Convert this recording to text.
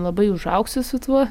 labai užaugsi su tuo